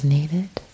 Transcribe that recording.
needed